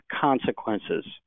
consequences